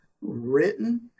written